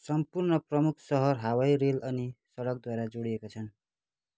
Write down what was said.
सम्पूर्ण प्रमुख सहर हवाई रेल अनि सडकद्वारा जोडिएका छन्